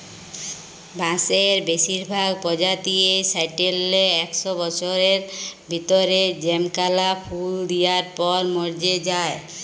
বাঁসের বেসিরভাগ পজাতিয়েই সাট্যের লে একস বসরের ভিতরে জমকাল্যা ফুল দিয়ার পর মর্যে যায়